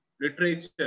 literature